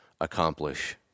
accomplish